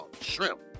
shrimp